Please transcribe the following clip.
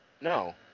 No